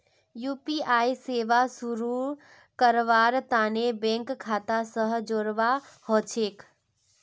UPI सेवा शुरू करवार तने बैंक खाता स जोड़वा ह छेक